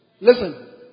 Listen